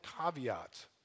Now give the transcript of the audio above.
caveat